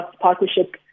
partnership